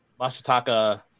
Masataka